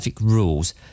rules